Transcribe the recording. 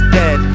dead